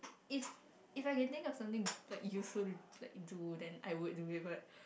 if if I can think of something like useful like do then I would do it but